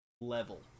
level